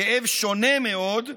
כאב שונה מאוד,